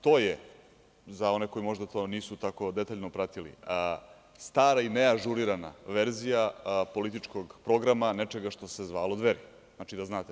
To je, za one koji možda to nisu tako detaljno pratili, stara i neažurirana verzija političkog programa nečega što se zvalo Dveri, da znate.